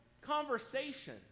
conversation